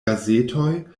gazetoj